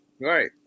right